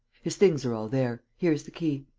his things are all there. here is the key.